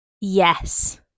Yes